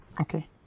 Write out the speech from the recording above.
Okay